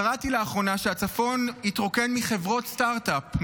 קראתי לאחרונה שהצפון התרוקן מחברות סטרטאפ.